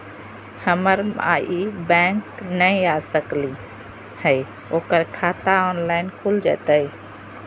हमर माई बैंक नई आ सकली हई, ओकर खाता ऑनलाइन खुल जयतई?